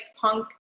punk